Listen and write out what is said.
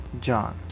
John